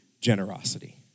generosity